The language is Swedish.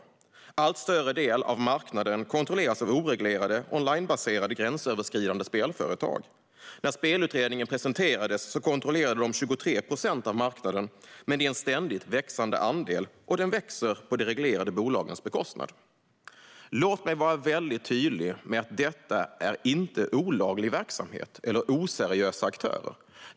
En allt större del av marknaden kontrolleras av oreglerade onlinebaserade och gränsöverskridande spelföretag. När spelutredningen presenterades kontrollerade de 23 procent av marknaden, men det är en ständigt växande andel, och den växer på de reglerade bolagens bekostnad. Låt mig vara väldigt tydlig med att detta inte är olaglig verksamhet eller oseriösa aktörer.